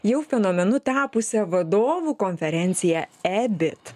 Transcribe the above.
jau fenomenu tapusią vadovų konferenciją ebit